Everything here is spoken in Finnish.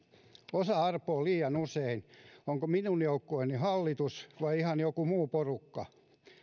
osa arpoo liian usein onko minun joukkueeni hallitus vai ihan joku muu porukka